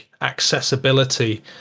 accessibility